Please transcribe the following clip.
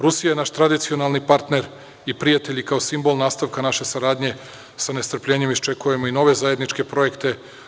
Rusija je naš tradicionalni partner i prijatelj, i kao simbol nastavka naše saradnje sa nestrpljenjem isčekujem i nove zajedničke projekte.